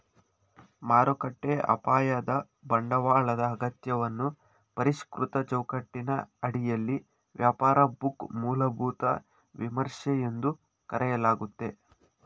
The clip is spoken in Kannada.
ಮಾರುಕಟ್ಟೆ ಅಪಾಯದ ಬಂಡವಾಳದ ಅಗತ್ಯವನ್ನ ಪರಿಷ್ಕೃತ ಚೌಕಟ್ಟಿನ ಅಡಿಯಲ್ಲಿ ವ್ಯಾಪಾರ ಬುಕ್ ಮೂಲಭೂತ ವಿಮರ್ಶೆ ಎಂದು ಕರೆಯಲಾಗುತ್ತೆ